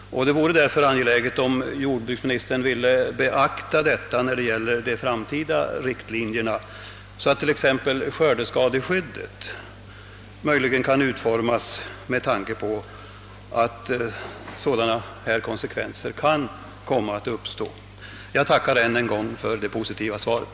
Det synes mig angeläget att jordbruksministern beaktar denna fråga vid uppdragandet av riktlinjerna för den framtida jordbrukspolitiken, så att t.ex. skördeskadeskyddet kan utformas med tanke på konsekvenser av det slag jag nämnt. Jag tackar än en gång för det positiva svaret.